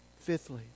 Fifthly